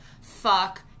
fuck